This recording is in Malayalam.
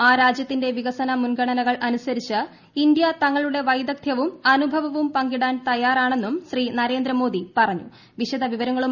ആ രാജൃത്തിന്റെ വികസന മുൻഗണനകൾ അനുസരിച്ച് ഇന്തൃ തങ്ങളുടെ വൈദഗ്ധൃവും അനുഭവവും പങ്കിടാൻ തയ്യാറാണെന്നും ശ്രീ നരേന്ദ്ര മോദി പറഞ്ഞു